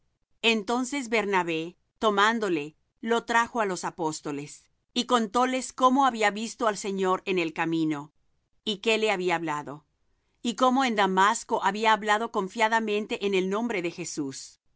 entonces bernabé tomándole lo trajo á los apóstoles y contóles cómo había visto al señor en el camino y que le había hablado y cómo en damasco había hablado confiadamente en el nombre de jesús